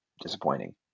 disappointing